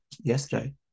yesterday